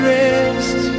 rest